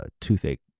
toothache